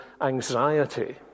anxiety